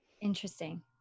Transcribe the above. Interesting